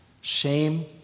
shame